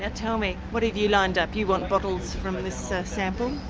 and tell me, what have you lined up? you want bottles from this so sample?